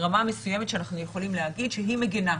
רמה מסוימת שאנחנו יכולים להגיד שהיא מגינה?